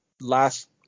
last